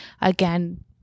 again